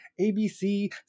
ABC